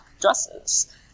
dresses